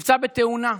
בתאונה.